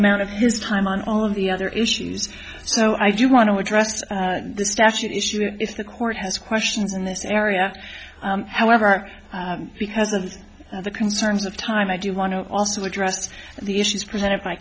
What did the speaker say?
amount of his time on all of the other issues so i do want to address the statute issue if the court has questions in this area however because of the concerns of time i do want to also address the issues present